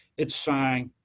it's saying,